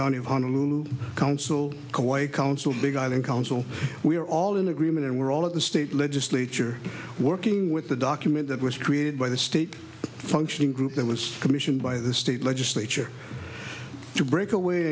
county of honolulu council council big island council we are all in agreement and we're all at the state legislature working with the document that was created by the state functioning group that was commissioned by the state legislature to break away